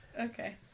Okay